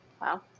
Wow